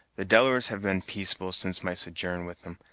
the delawares have been peaceable since my sojourn with em,